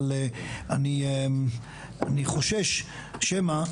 אבל אני חושש שמא,